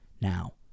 Now